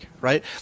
right